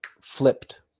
flipped